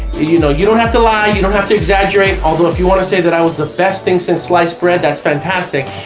you know you don't have to lie, you don't have to exaggerate, although if you want to say that i was the best thing since sliced bread that's fantastic.